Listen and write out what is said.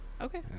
Okay